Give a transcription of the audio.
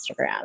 Instagram